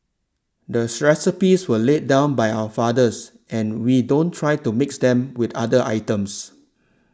the recipes were laid down by our fathers and we don't try to mix them with other items